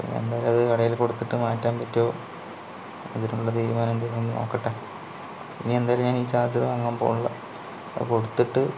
ഇപ്പോൾ എന്താ പറയുക അത് കടയിൽ കൊടുത്തിട്ട് മാറ്റാൻ പറ്റുമോ അതിനുള്ള തീരുമാനം എന്തെങ്കിലും നോക്കട്ടെ ഇനി എന്തായാലും ഞാൻ ഈ ചാർജർ വാങ്ങാൻ പോകുന്നില്ല അത് കൊടുത്തിട്ട്